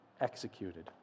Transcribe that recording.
executed